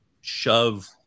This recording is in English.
shove